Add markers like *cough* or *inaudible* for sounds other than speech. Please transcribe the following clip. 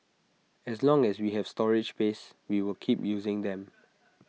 as long as we have storage space we will keep using them *noise*